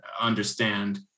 understand